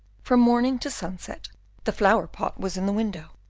from morning to sunset the flower-pot was in the window,